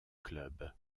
club